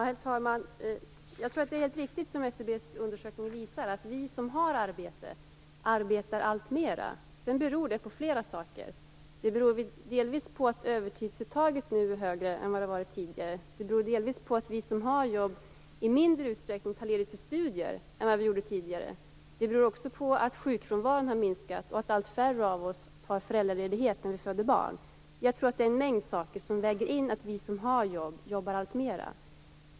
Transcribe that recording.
Herr talman! Jag tror att det som SCB:s undersökning visar är helt riktigt. Vi som har arbete arbetar alltmera. Det beror på flera saker. Det beror delvis på att övertidsuttaget nu är högre än vad det har varit tidigare, och delvis på att vi som har jobb i mindre utsträckning än vad vi gjorde tidigare tar ledigt för studier. Det beror också på att sjukfrånvaron har minskat och att allt färre av oss tar föräldraledigt när vi föder barn. Jag tror att det är en mängd saker som väger in när vi som har jobb jobbar alltmera.